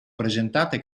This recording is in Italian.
presentate